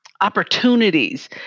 opportunities